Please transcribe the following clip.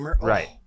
Right